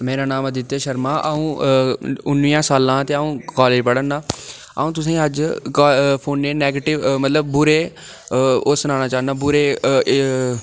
मेरा नांऽ आदित्य शर्मा अ'ऊं उन्नियां सालें दा ते अ'ऊं कालेज पढ़ा ना अ'ऊं तुसें ईं अज्ज फोनै दे नैगेटिव मतलब बुरे ओह् सनाना चाह्न्नां बुरे